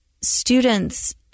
students